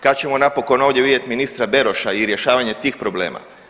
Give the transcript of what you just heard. Kad ćemo napokon ovdje vidjeti ministra Beroša i rješavanje tih problema?